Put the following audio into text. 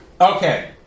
Okay